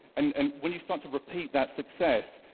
and and when you start to repeat that success,